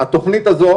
התכנית הזו